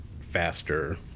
faster